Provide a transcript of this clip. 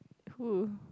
who